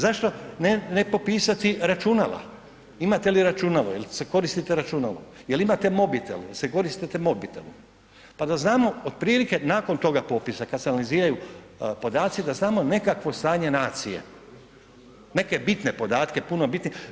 Zašto ne popisati računala, imate li računalo, jel se koristite računalo, jel imate mobitel, jel se koristite mobitelom, pa da znamo otprilike nakon toga popisa kada se analiziraju podaci da znamo nekakvo stanje nacije, neke bitne podatke, puno bitne.